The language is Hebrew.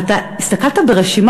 אבל אתה הסתכלת ברשימה,